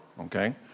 okay